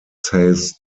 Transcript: says